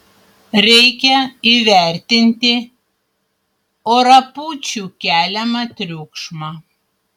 reikia įvertinti orapūčių keliamą triukšmą